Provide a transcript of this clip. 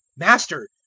master,